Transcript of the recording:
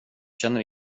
känner